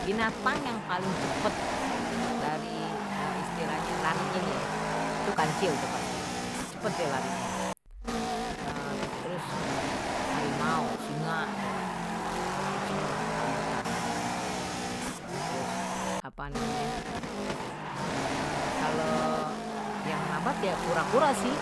Binatang yang paling cepet dari istilahnye, lari ini ya itu kancil udah pasti cepat dia larinya terus harimau singa tuh, kalau kucing mah lambatlah kalau yang lambat ya kura-kura sih,